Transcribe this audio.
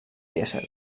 dièsel